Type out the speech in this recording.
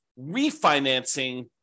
refinancing